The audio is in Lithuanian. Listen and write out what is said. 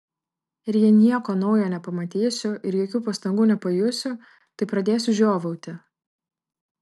ir jei nieko naujo nepamatysiu ir jokių pastangų nepajusiu tai pradėsiu žiovauti